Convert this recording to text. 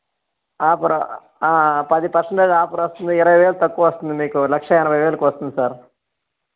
offer పది percentage offer వస్తుంది ఇరవై వేలు తక్కువ వస్తుంది మీకు లక్ష ఎనభై వేలుకు వస్తుంది సార్